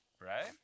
Right